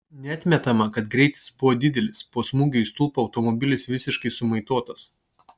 neatmetama kad greitis buvo didelis po smūgio į stulpą automobilis visiškai sumaitotas